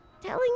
telling